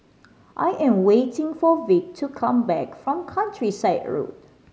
I am waiting for Vic to come back from Countryside Road